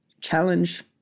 challenge